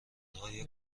های